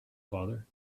father